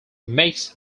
mix